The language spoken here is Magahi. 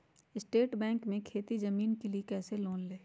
स्टेट बैंक से खेती की जमीन के लिए कैसे लोन ले?